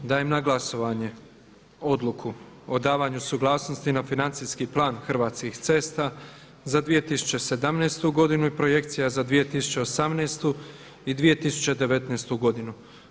Dajem na glasovanje Odluku o davanju suglasnosti na financijski plan Hrvatskih cesta za 2017. godinu i projekcija za 2018. i 2019. godinu.